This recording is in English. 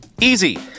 Easy